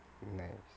nice